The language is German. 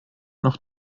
noch